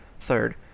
Third